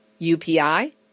UPI